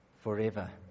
forever